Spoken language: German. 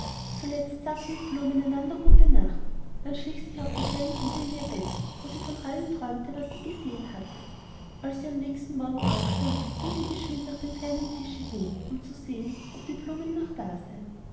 zuletzt sagten die blumen einander gute nacht dann schlich sich auch die kleine ida in ihr bett wo sie von allem träumte was sie gesehen hatte als sie am nächsten morgen aufstand ging sie geschwind nach dem kleinen tische hin um zu sehen ob die blumen noch da seien